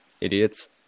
idiots